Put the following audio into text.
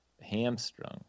hamstrung